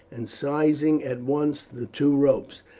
and seizing at once the two ropes.